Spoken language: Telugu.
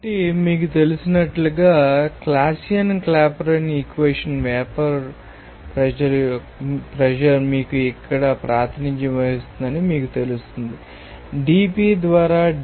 కాబట్టి మీకు తెలిసినట్లుగా Clausius Clapeyron equation vapour pressure మీకు ఇక్కడ ప్రాతినిధ్యం వహిస్తుందని మీకు తెలుస్తుంది dP ద్వారా dT